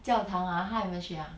教堂 ah 她还有没有去 ah